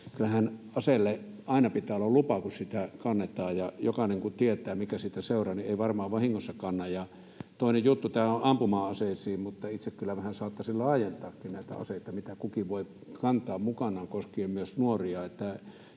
Kyllähän aseelle aina pitää olla lupa, kun sitä kannetaan, ja jokainen kun tietää, mikä siitä seuraa, niin ei varmaan sitä vahingossa kanna. Ja toinen juttu: tämä on ampuma-aseisiin, mutta itse kyllä vähän saattaisin laajentaakin näitä aseita, mitä kukin saattaa kantaa mukanaan, koskien myös nuoria.